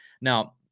Now